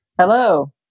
Hello